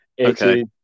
Okay